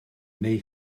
neu